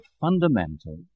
fundamental